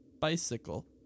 bicycle